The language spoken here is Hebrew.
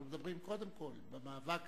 אנחנו מדברים קודם כול במאבק,